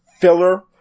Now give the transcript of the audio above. filler